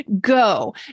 Go